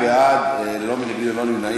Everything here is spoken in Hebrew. ההצעה להעביר את הנושא לוועדה לפניות הציבור נתקבלה.